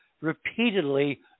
repeatedly